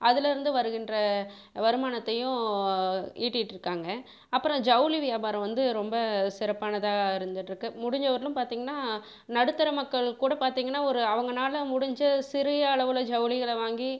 அதிலருந்து வருகின்ற வருமானத்தையும் ஈட்டிகிட்ருக்காங்க அப்புறம் ஜவுளி வியாபாரம் வந்து ரொம்ப சிறப்பானதாக இருந்துகிட்ருக்கு முடிஞ்ச வரைலையும் பார்த்தீங்கன்னா நடுத்தர மக்கள் கூட பார்த்தீங்கன்னா ஒரு அவங்களால் முடிஞ்ச சிறிய அளவில் ஜவுளிகளை வாங்கி